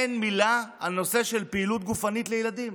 אין מילה על נושא של פעילות גופנית לילדים?